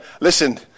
listen